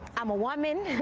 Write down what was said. i'm a woman,